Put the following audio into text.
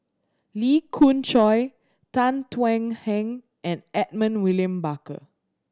Lee Khoon Choy Tan Thuan Heng and Edmund William Barker